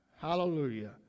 hallelujah